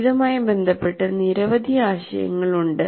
ഇതുമായി ബന്ധപ്പെട്ട് നിരവധി ആശയങ്ങൾ ഉണ്ട്